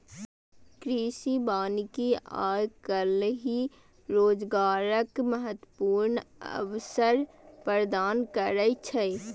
कृषि वानिकी आइ काल्हि रोजगारक महत्वपूर्ण अवसर प्रदान करै छै